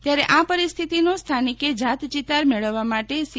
ત્યારે આ પરિસ્થિતીનો સ્થાનિકે જાતચિતાર મેળવવા માટે સી